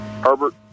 Herbert